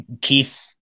Keith